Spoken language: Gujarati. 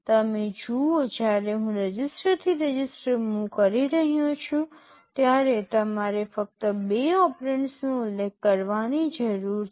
તમે જુઓ જ્યારે હું રજીસ્ટર થી રજિસ્ટર મૂવ કહી રહ્યો છું ત્યારે મારે ફક્ત બે ઓપરેન્ડ્સનો ઉલ્લેખ કરવાની જરૂર છે